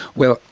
well,